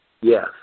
Yes